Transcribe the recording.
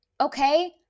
okay